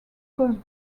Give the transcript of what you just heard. caused